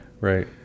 right